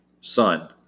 son